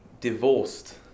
divorced